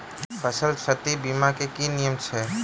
फसल क्षति बीमा केँ की नियम छै?